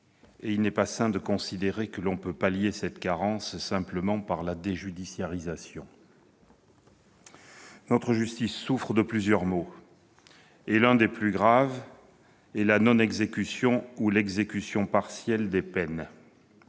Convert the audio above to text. et il n'est pas sain de considérer que l'on peut pallier cette carence simplement par la déjudiciarisation. Notre justice souffre de plusieurs maux. L'un des plus graves est la non-exécution ou l'exécution partielle des peines.